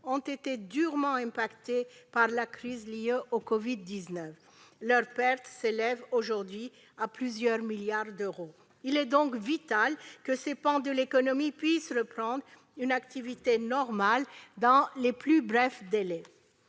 ont été durement frappés par la crise liée au Covid-19. Leurs pertes s'élèvent aujourd'hui à plusieurs milliards d'euros. Il est vital que ces pans de l'économie puissent reprendre une activité normale dans les plus brefs délais.